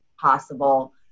possible